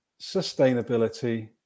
sustainability